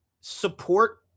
support